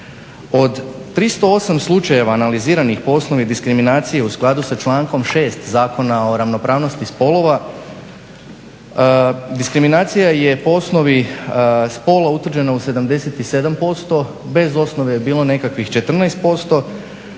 Od 308 slučajeva analiziranih po osnovi diskriminacije u skladu sa člankom 6. Zakona o ravnopravnosti spolova diskriminacija je po osnovi spola utvrđena u 77%, bez osnove je bilo nekakvih 14%,